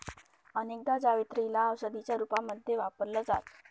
अनेकदा जावेत्री ला औषधीच्या रूपामध्ये वापरल जात